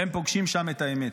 והם פוגשים שם את האמת.